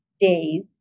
days